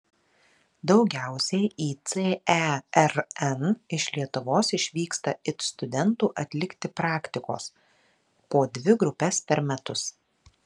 daugiausiai į cern iš lietuvos išvyksta it studentų atlikti praktikos po dvi grupes per metus